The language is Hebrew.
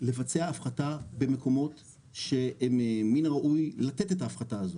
לבצע הפחתה במקומות שהם מן הראוי לתת את ההפחתה הזו.